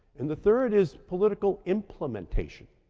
and the third is political implementation.